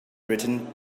written